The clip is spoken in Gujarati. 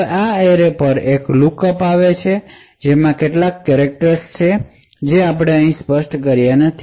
હવે આ એરે પર એક લુકઅપ છે જેમાં કેટલાક કેરેકટર છે જે આપણે અહીં સ્પષ્ટ કર્યા નથી